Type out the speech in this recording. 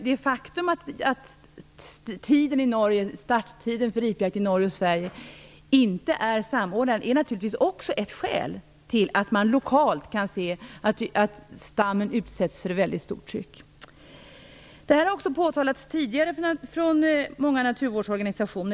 Det faktum att starttiden för ripjakt i Norge och Sverige inte är samordnad är också ett skäl till att man lokalt kan se att ripstammen utsätts för ett mycket stort tryck. Detta har påtalats tidigare från många naturvårdsorganisationer.